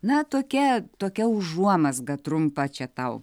na tokia tokia užuomazga trumpa čia tau